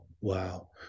Wow